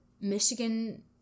Michigan